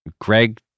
Greg